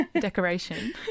decoration